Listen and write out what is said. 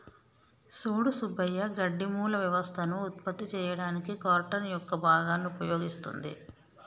సూడు సుబ్బయ్య గడ్డి మూల వ్యవస్థలను ఉత్పత్తి చేయడానికి కార్టన్ యొక్క భాగాన్ని ఉపయోగిస్తుంది